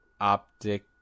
optic